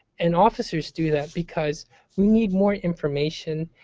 and officers do that because we need more information,